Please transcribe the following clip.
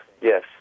yes